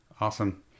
Awesome